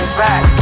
back